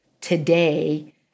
today